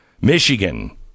Michigan